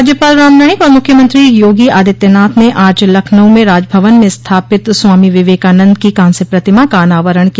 राज्यपाल राम नाईक और मुख्यमंत्री योगी आदित्यनाथ ने आज लखनऊ में राजभवन में स्थापित स्वामी विवेकानन्द की कांस्य प्रतिमा का अनावरण किया